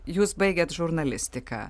jūs baigėt žurnalistiką